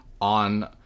On